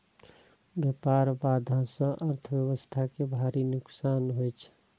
व्यापार बाधा सं अर्थव्यवस्था कें भारी नुकसान होइ छै